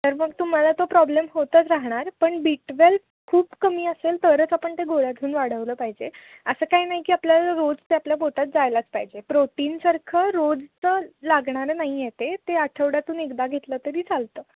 तर मग तुम्हाला तो प्रॉब्लेम होतच राहणार पण बी ट्वेल खूप कमी असेल तरच आपण ते गोळ्या घऊन वाढवलं पाहिजे असं काय नाही की आपल्याला रोज ते आपल्या पोटात जायलाच पाहिजे प्रोटीनसारखं रोजचं लागणारं नाही आहे ते ते आठवड्यातून एकदा घेतलं तरी चालतं